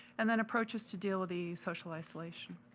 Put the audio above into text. and then approaches to deal with the socialized isolation.